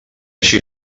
així